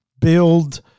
Build